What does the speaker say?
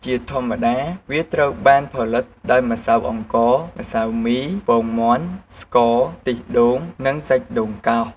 ជាធម្មតាវាត្រូវបានផលិតដោយម្សៅអង្ករ ម្សៅមី ពងមាន់ ស្ករ ខ្ទិះដូង និងសាច់ដូងកោស។